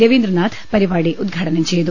രവീന്ദ്രനാഥ് പരിപാടി ഉദ്ഘാടനം ചെയ്തു